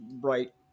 right